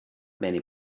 many